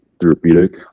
therapeutic